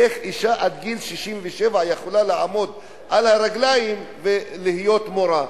איך אשה עד גיל 67 יכולה לעמוד על הרגליים ולהיות מורה?